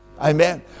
Amen